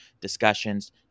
discussions